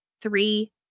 three